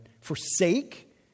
Forsake